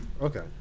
Okay